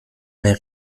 mehr